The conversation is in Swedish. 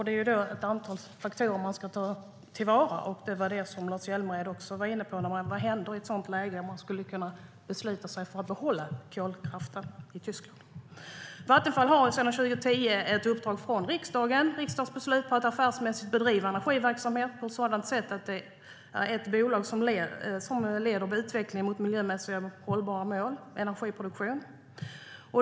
Det är ju ett antal faktorer som ska tas i beaktande. Också Lars Hjälmered var inne på vad som händer i ett läge där man beslutar sig för att behålla kolkraften i Tyskland. Vattenfall har sedan 2010 ett uppdrag från riksdagen att affärsmässigt bedriva energiverksamhet på ett sådant sätt att bolaget leder utvecklingen mot miljömässigt hållbar energiproduktion.